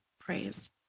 praise